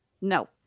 No